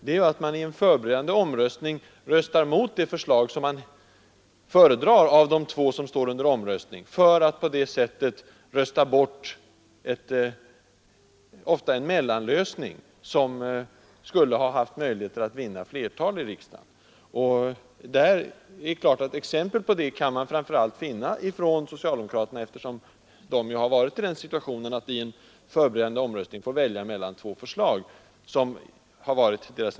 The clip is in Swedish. Det innebär att man i en förberedande votering röstar emot det förslag som man föredrar av de två som står under omröstning, för att därigenom rösta bort en lösning — ofta en mellanlösning — som skulle ha haft möjlighet att vinna stöd av ett flertal i riksdagen. Exempel på detta kan man framför allt finna från socialdemokraterna, eftersom de har varit i den situationen att de i en förberedande omröstning har fått välja mellan två förslag från andra partier.